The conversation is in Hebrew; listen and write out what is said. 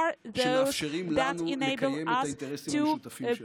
הם אלה שמאפשרים לנו לקיים את האינטרסים המשותפים שלנו.